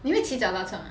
你会骑脚踏车吗